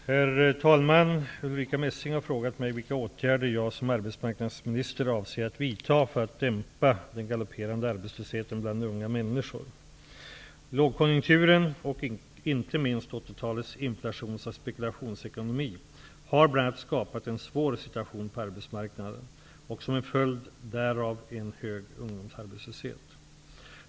Herr talman! Ulrica Messing har frågat mig vilka åtgärder jag som arbetsmarknadsminister avser att vidta för att dämpa den galopperande arbetslösheten bland unga människor. Lågkonjunkturen och inte minst 80-talets inflations och spekulationsekonomi har bl.a. skapat en svår situation på arbetsmarknaden och som en följd därav en hög ungdomsarbetslöshet.